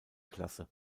klasse